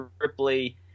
Ripley